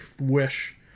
wish